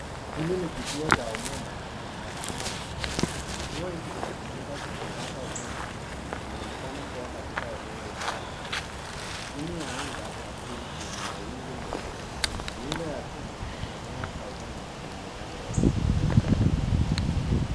Hili ni kituo cha umeme, chenye transfoma kubwa. Kituo hiki kimetumika kusambaza umeme, na kinaonekana kuwa katika eneo la wazi. Chini ya anga ya buluu yenye mawingu meupe. Miundo ya chuma na nyaya za umeme zinaonekana wazi.